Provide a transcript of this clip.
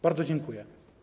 Bardzo dziękuję.